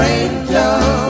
angel